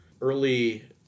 early